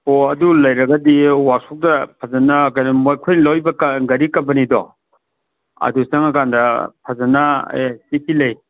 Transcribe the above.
ꯑꯣ ꯑꯗꯨ ꯂꯩꯔꯒꯗꯤ ꯋꯥꯛꯁꯣꯞꯇ ꯐꯖꯅ ꯀꯩꯅꯣ ꯃꯈꯣꯏ ꯂꯧꯔꯤꯕ ꯒꯥꯔꯤ ꯀꯝꯄꯅꯤꯗꯣ ꯑꯗꯨꯗ ꯆꯪꯂ ꯀꯥꯟꯗ ꯐꯖꯅ ꯑꯦ ꯁꯤꯁꯤ ꯂꯩ